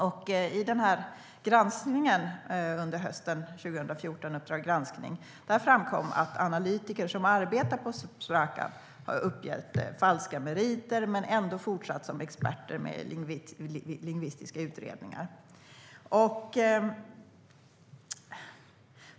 Och i den granskning som Uppdrag granskning gjorde under hösten 2014 framkom det att analytiker som arbetar på Sprakab har uppgett falska meriter men ändå fortsatt som experter med lingvistiska utredningar.